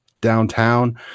downtown